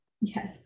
Yes